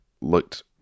looked